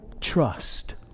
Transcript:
trust